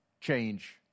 change